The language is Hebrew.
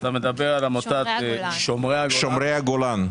אתה מדבר על עמותת שומרי הגולן.